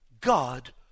God